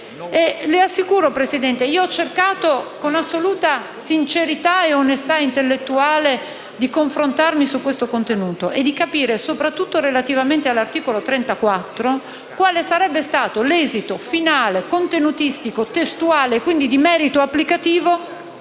le assicuro, signor Presidente, che ho cercato con assoluta sincerità e onestà intellettuale di confrontarmi su questo contenuto e di capire, soprattutto relativamente all'articolo 34, quale sarebbe stato l'esito finale contenutistico, testuale e quindi di merito applicativo,